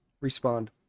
Respond